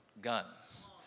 guns